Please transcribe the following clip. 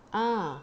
ah